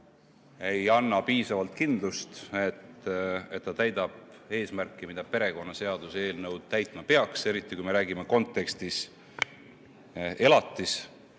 ei anna piisavalt kindlust, et ta täidab eesmärki, mida perekonnaseaduse eelnõu täitma peaks, eriti kui me räägime elatise